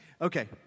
Okay